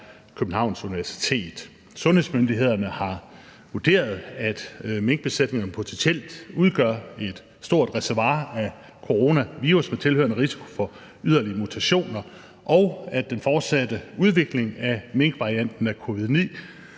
Københavns Universitet. Sundhedsmyndighederne har vurderet, at minkbesætninger potentielt udgør et stort reservoir af coronavirus med tilhørende risiko for yderligere mutationer, og at den fortsatte udvikling af minkvarianten af covid-19